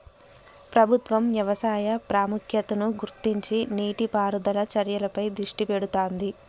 ప్రభుత్వం వ్యవసాయ ప్రాముఖ్యతను గుర్తించి నీటి పారుదల చర్యలపై దృష్టి పెడుతాంది